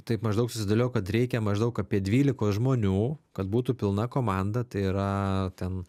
taip maždaug susidėliojo kad reikia maždaug apie dvylikos žmonių kad būtų pilna komanda tai yra ten